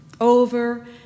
Over